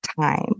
time